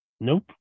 Nope